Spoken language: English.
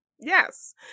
Yes